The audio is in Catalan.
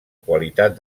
qualitat